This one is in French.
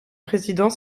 président